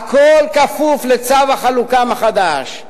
הכול כפוף לצו החלוקה מחדש,